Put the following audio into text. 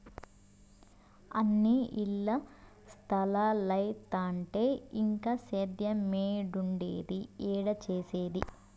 అన్నీ ఇల్ల స్తలాలైతంటే ఇంక సేద్యేమేడుండేది, ఏడ సేసేది